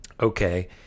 okay